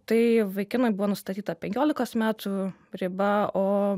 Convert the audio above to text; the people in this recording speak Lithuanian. tai vaikinui buvo nustatyta penkiolikos metų riba o